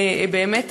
באמת,